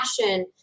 passion